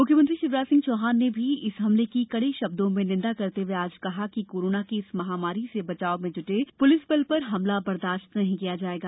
मुख्यमंत्री शिवराज सिंह चौहान ने भी इस हमले की कड़े शब्दों में निन्दा करते हुए आज कहा कि कोरोना की इस महामारी से बचाव में जुटे पुलिसबल पर हमला बर्दाश्त नहीं किया जायेगा